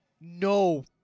No